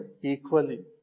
equally